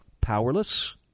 powerless